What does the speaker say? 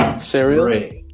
cereal